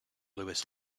lewis